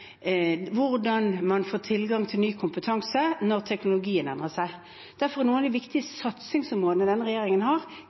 hvordan man får tilgang til ny kompetanse når teknologien endrer seg. Derfor er noen av de